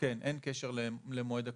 כן, אין קשר למועד הקטיעה.